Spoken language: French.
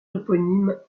toponyme